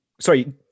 sorry